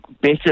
Better